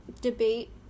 debate